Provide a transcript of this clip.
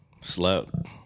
slept